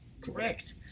Correct